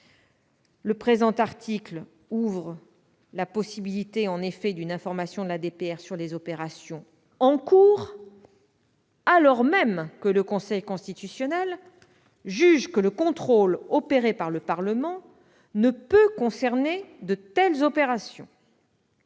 Le présent article ouvre en effet la possibilité d'une information de la DPR sur les opérations en cours, alors même que le Conseil constitutionnel juge que le contrôle opéré par le Parlement ne peut concerner de telles opérations.